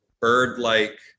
bird-like